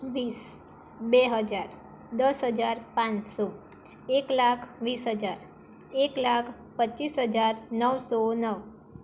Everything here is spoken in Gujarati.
વીસ બે હજાર દસ હજાર પાંચસો એક લાખ વીસ હજાર એક લાખ પચીસ હજાર નવસો નવ